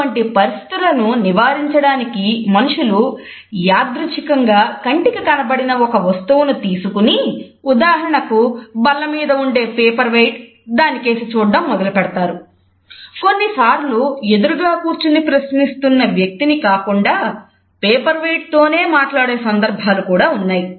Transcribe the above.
ఇటువంటి పరిస్థితులను నివారించడానికి మనుషులు యాదృచ్ఛికంగా కంటికి కనబడిన ఒక వస్తువును తీసుకొని ఉదాహరణకు బల్ల మీద ఉండే పేపర్ వెయిట్ తోనే మాట్లాడే సందర్భాలు కూడా ఉన్నాయి